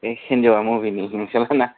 ए हिनजावा बबेनि नोंसालाना